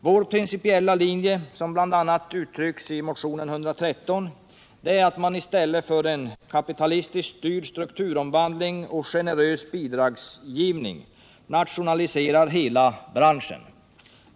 Vår principiella linje, som bl.a. uttrycks i motionen 113, är att man i stället för en kapitalistiskt styrd strukturomvandling och generös bidragsgivning nationaliserar hela branschen.